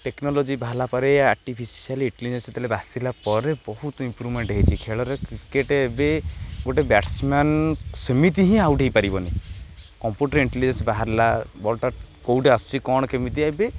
technology ବାହାରିଲା ପରେ artificial intelligence ଯେତେବେଳେ ଆସିଲା ପରେ ବହୁତ ଇମ୍ପୃଭମେଣ୍ଟ ହେଇଛି ଖେଳରେ କ୍ରିକେଟ୍ ଏବେ ଗୋଟେ ବ୍ୟାଟ୍ସମ୍ୟନ୍ ସେମିତି ହିଁ ଆଉଟ ହେଇପାରିବନି କମ୍ପ୍ୟୁଟର ଇଣ୍ଟେଲିଜେନ୍ସ ବାହାରିଲା ବଲ୍ କେଉଁଠି ଆସୁଛି କ'ଣ କେମିତି ଏବେ